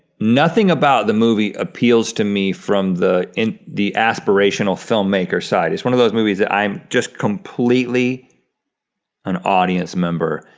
nothing about the movie appeals to me from the in the aspirational filmmaker side. it's one of those movies that i'm just completely an audience member,